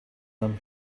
them